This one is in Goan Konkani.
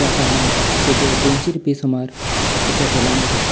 ज्या कारणान तेजे दोनशीं रुपया सुमार ते पेट्रोलान वता